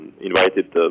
invited